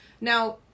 Now